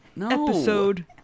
episode